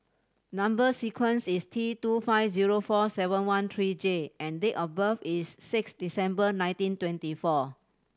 number sequence is T two five zero four seven one three J and date of birth is six December nineteen twenty four